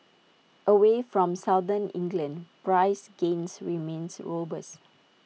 away from southern England price gains remains robust